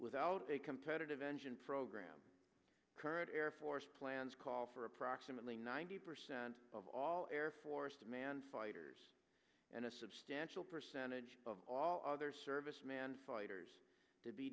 without a competitive engine program current air force plans call for approximately ninety percent of all air force to man fighters and a substantial percentage of all other service man fighters to be